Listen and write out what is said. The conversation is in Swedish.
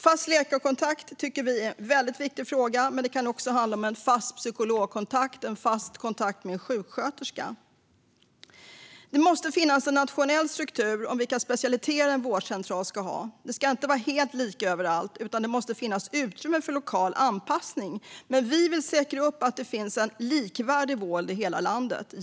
Fast läkarkontakt tycker vi är en väldigt viktig fråga, men det kan också handla om en fast psykologkontakt eller en fast kontakt med en sjuksköterska. Det måste finnas en nationell struktur för vilka specialiteter en vårdcentral ska ha. Det ska inte vara helt lika överallt, utan det måste finnas utrymme för lokal anpassning. Men vi vill se till att det finns en likvärdig - jämlik - vård i hela landet.